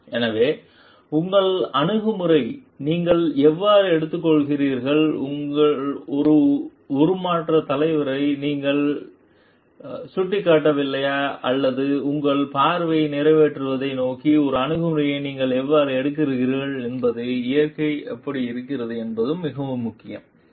எனவே உங்கள் அணுகுமுறையை நீங்கள் எவ்வாறு எடுத்துக் கொள்கிறீர்கள் ஒரு உருமாற்றத் தலைவரை நீங்கள் சுடவில்லையா அல்லது உங்கள் பார்வையை நிறைவேற்றுவதை நோக்கி ஒரு அணுகுமுறையை நீங்கள் எவ்வாறு எடுக்கிறீர்கள் என்பதில் இயற்கை எப்படி இருக்கிறது என்பது மிகவும் முக்கியமானது